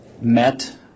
met